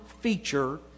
feature